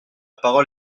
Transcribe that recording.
parole